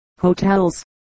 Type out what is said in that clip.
hotels